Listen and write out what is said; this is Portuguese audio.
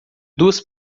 duas